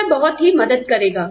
तो वह बहुत ही मदद करेगा